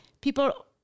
people